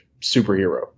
superhero